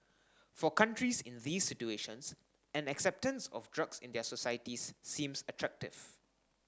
for countries in these situations an acceptance of drugs in their societies seems attractive